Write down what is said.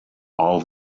all